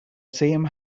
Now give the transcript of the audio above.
same